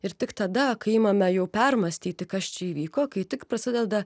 ir tik tada kai imame jau permąstyti kas čia įvyko kai tik prasideda